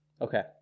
Okay